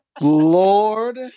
Lord